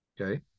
Okay